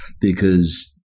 because-